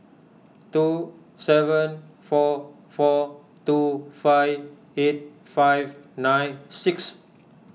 two seven four four two five eight five nine six